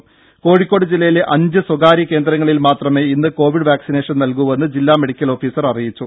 ദേദ കോഴിക്കോട് ജില്ലയിലെ അഞ്ചു സ്വകാര്യ കേന്ദ്രങ്ങളിൽ മാത്രമേ ഇന്ന് കോവിഡ് വാക്സിനേഷൻ നൽകൂവെന്ന് ജില്ലാ മെഡിക്കൽ ഓഫീസർ അറിയിച്ചു